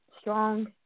strong